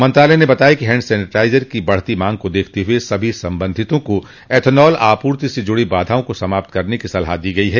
मंत्रालय ने बताया कि हैंड सैनिटाइजर की बढ़ती मांग को देखते हुए सभी संबंधितों को एथेनॉल आपूर्ति से जुड़ी बाधाओं को समाप्त करने की सलाह दी गई है